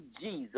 Jesus